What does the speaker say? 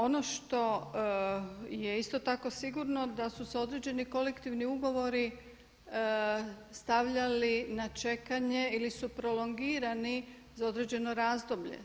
Ono što je isto tako sigurno da su se određeni kolektivni ugovori stavljali na čekanje ili su prolongirani za određeno razdoblje.